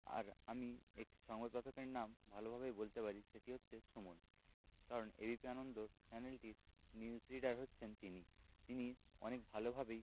আর আমি একটি সংবাদ পাঠকের নাম ভালোভাবেই বলতে পারি সেটি হচ্ছে সুমন কারণ এবিপি আনন্দর চ্যানেলটির নিউজ রিডার হচ্ছেন তিনি তিনি অনেক ভালোভাবেই